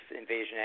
invasion